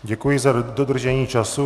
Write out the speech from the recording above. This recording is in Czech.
Děkuji za dodržení času.